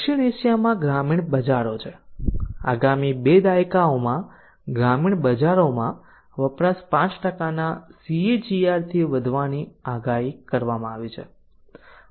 દક્ષિણ એશિયામાં ગ્રામીણ બજારો છે આગામી 2 દાયકાઓમાં ગ્રામીણ બજારોમાં વપરાશ 5 ના CAGR થી વધવાની આગાહી કરવામાં આવી છે